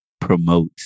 promote